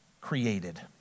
created